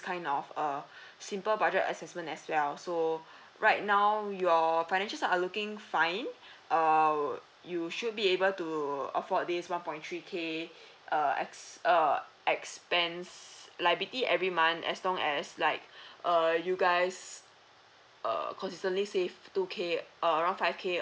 kind of a simple budget assessment as well so right now your financials are looking fine err you should be able to do afford this one point three K uh ex~ uh expense liability every month as long as like err you guys err constantly save two K err around five K